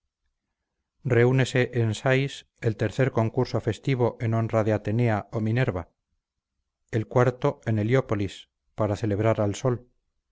reúnese en sais el tercer concurso festivo en honra de atenea o minerva el cuarto en heliópolis para celebrar al sol